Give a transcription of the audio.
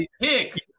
pick